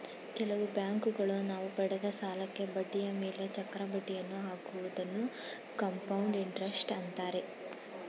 ಕೆಲವು ಬ್ಯಾಂಕುಗಳು ನಾವು ಪಡೆದ ಸಾಲಕ್ಕೆ ಬಡ್ಡಿಯ ಮೇಲೆ ಚಕ್ರ ಬಡ್ಡಿಯನ್ನು ಹಾಕುವುದನ್ನು ಕಂಪೌಂಡ್ ಇಂಟರೆಸ್ಟ್ ಅಂತಾರೆ